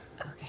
Okay